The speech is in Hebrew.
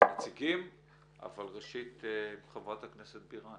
אבל ראשית, חברת הכנסת בירן.